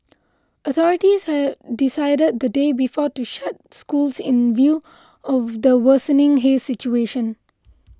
authorities had decided the day before to shut schools in view of the worsening haze situation